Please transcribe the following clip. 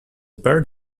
bird